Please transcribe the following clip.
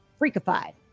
Freakified